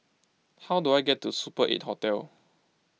how do I get to Super eight Hotel